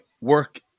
work